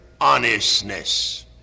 honestness